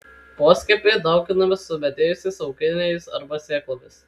poskiepiai dauginami sumedėjusiais auginiais arba sėklomis